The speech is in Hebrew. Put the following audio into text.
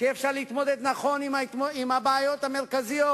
כדי שיהיה אפשר להתמודד נכון עם הבעיות המרכזיות.